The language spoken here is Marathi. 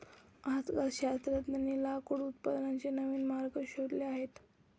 आजकाल शास्त्रज्ञांनी लाकूड उत्पादनाचे नवीन मार्ग शोधले आहेत